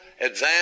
advance